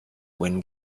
when